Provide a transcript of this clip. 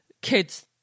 kids –